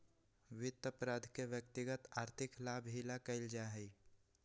वित्त अपराध के व्यक्तिगत आर्थिक लाभ ही ला कइल जा हई